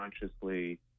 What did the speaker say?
consciously